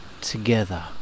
together